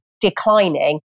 declining